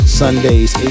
sundays